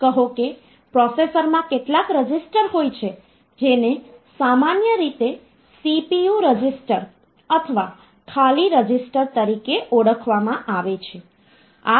કહો કે પ્રોસેસરમાં કેટલાક રજિસ્ટર હોય છે જેને સામાન્ય રીતે CPU રજિસ્ટર અથવા ખાલી રજિસ્ટર તરીકે ઓળખવામાં આવે છે